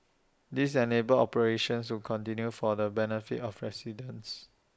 this enabled operations to continue for the benefit of residents